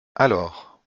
alors